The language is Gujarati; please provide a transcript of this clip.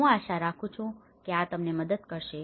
હું આશા રાખું છું કે આ તમને મદદ કરશે